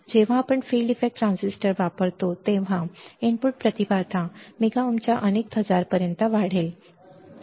जेव्हा आपण field effect transistor वापरतो तेव्हा इनपुट प्रतिबाधा मेगा ओमच्या अनेक 100 पर्यंत वाढेल